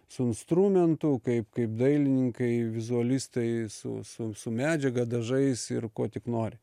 su instrumentu kaip kaip dailininkai vizualistai su su su medžiaga dažais ir kuo tik nori